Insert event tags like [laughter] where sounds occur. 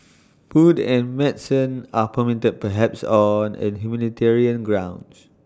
[noise] food and medicine are permitted perhaps on humanitarian grounds